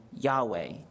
Yahweh